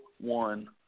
one